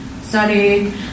study